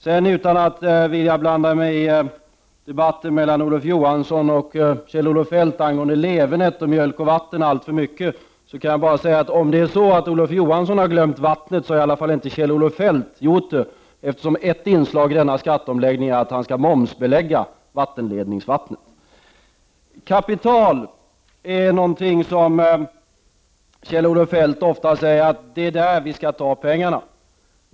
Utan att alltför mycket blanda mig i debatten mellan Olof Johansson och Kjell-Olof Feldt angående levernet och mjölken och vattnet vill jag bara säga att även om Olof Johansson har glömt vattnet så har i alla fall inte Kjell-Olof Feldt gjort det. Ett inslag i skatteomläggningen är ju att vattenledningsvattnet skall momsbeläggas. Kjell-Olof Feldt säger ofta att det är från kapitalet vi skall ta pengarna.